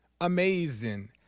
Amazing